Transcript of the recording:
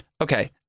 Okay